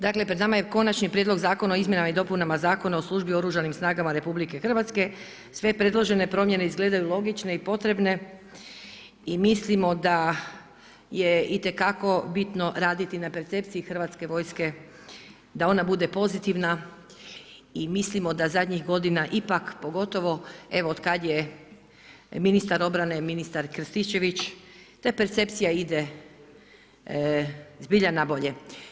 Dakle pred nama je Konačni prijedlog zakona o izmjenama i dopunama Zakona o Oružanim snagama RH, sve predložene promjene izgledaju logične i potrebne i mislimo da je itekako bitno raditi na percepciji hrvatske vojske, da ona bude pozitivna i mislimo da zadnjih godina, ipak pogotovo evo otkad je ministar obrane ministar Krstičević da percepcija ide zbilja na bolje.